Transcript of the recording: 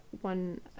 one